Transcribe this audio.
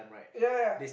ya ya